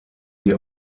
die